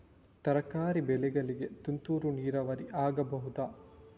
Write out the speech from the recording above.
ತರಕಾರಿ ಬೆಳೆಗಳಿಗೆ ತುಂತುರು ನೀರಾವರಿ ಆಗಬಹುದಾ?